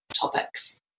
topics